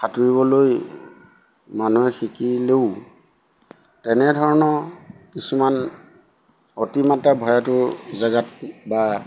সাঁতুৰিবলৈ মানুহে শিকিলেও তেনেধৰণৰ কিছুমান অতি মাত্ৰা ভয়টোৰ জেগাত বা